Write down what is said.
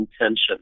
intention